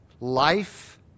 Life